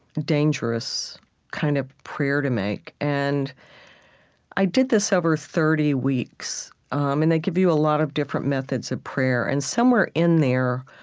dangerous kind of prayer to make. and i did this over thirty weeks. and they give you a lot of different methods of prayer. and somewhere in there,